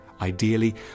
Ideally